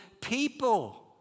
people